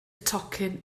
tocyn